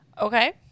Okay